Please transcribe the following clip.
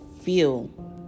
feel